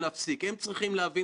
אני חושב שזה המסר.